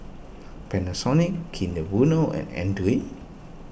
Panasonic Kinder Bueno and andre